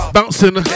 Bouncing